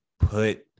put